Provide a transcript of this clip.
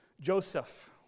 Joseph